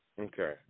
Okay